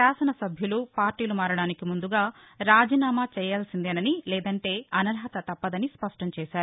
శాసన సభ్యులు పార్టీ మారడానికి ముందుగా రాజీనామా చేయాల్సిందేనని లేదంటే అనర్హత తప్పదని స్పష్టం చేశారు